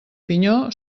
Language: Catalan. pinyó